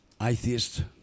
atheist